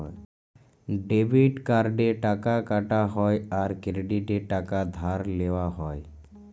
debit কার্ডে টাকা কাটা হ্যয় আর ক্রেডিটে টাকা ধার লেওয়া হ্য়য়